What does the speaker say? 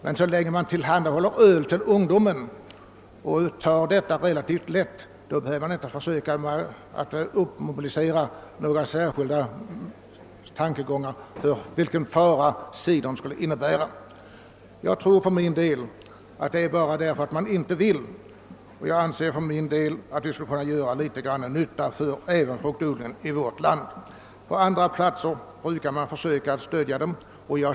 Men så länge man tillhandahåller öl åt ungdomen och tar detta relativt lätt, bör man inte försöka uppmobilisera några särskilda skäl för åsikter att cidern skulle innebära någon fara. Jag tror för min del att anledningen till motståndet mot cidern bara är att man inte vill tillåta den. Jag anser för min del att man borde kunna göra litet till gagn även för fruktodlingen i vårt land. I andra länder brukar man försöka stödja fruktodlingen.